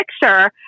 picture